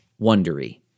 Wondery